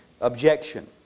objection